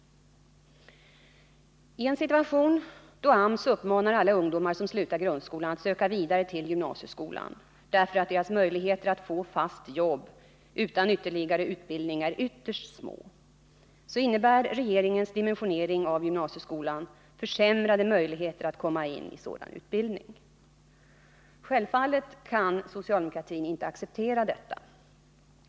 Ien situation då AMS uppmanar alla ungdomar som slutar grundskolan att söka vidare till gymnasieskolan, därför att deras möjligheter att få fast jobb utan ytterligare utbildning är ytterst små, innebär regeringens dimensionering av gymnasieskolan försämrade möjligheter att komma in på sådan utbildning. Självfallet kan socialdemokratin inte acceptera detta.